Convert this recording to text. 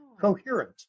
coherent